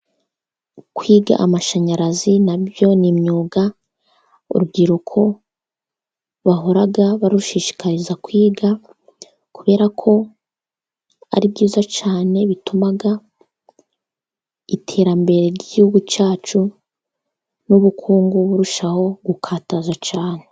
Kwiga amashanyarazi na byo ni imyuga urubyiruko bahora barushishikariza kwiga, kubera ko ari byiza cyane bituma iterambere ry'igihugu cyacu, n'ubukungu burushaho gukataza cyane.